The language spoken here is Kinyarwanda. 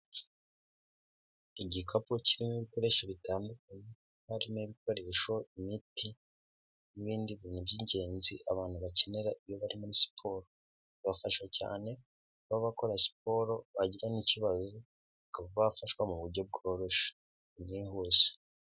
Igikapu kirimo ibikoresho bitandukanye, harimo ibikoresho, imiti, n'ibindi bintu by'ingenzi abantu bakenera iyo bari muri siporo. Bibafasha cyane kuba bakora siporo, bagira n'ikibazo bakaba bafashwa mu buryo bworoshye, bunihuse.